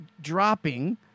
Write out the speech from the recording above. dropping